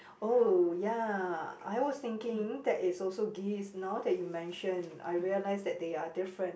oh ya I was thinking that is also geese now that you mention I realized that they are different